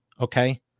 Okay